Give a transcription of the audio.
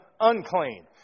unclean